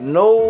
no